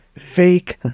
Fake